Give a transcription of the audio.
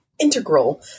integral